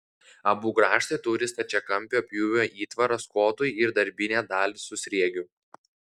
abu grąžtai turi stačiakampio pjūvio įtvaras kotui ir darbinę dalį su sriegiu